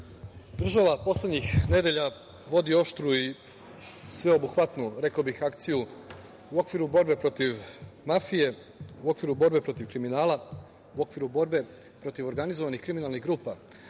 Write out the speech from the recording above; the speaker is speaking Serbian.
država poslednjih nedelja vodi oštru i sveobuhvatnu, rekao bih, akciju u okviru borbe protiv mafije, u okviru borbe protiv kriminala, u okviru borbe protiv organizovanih kriminalnih grupa,